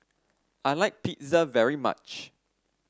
I like Pizza very much